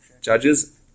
Judges